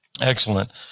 Excellent